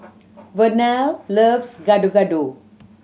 Vernell loves Gado Gado